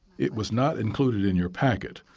it was not included in your packet,